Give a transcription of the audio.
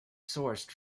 sourced